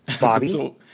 Bobby